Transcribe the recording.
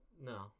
No